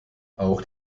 auch